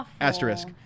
Asterisk